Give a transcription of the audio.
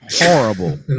horrible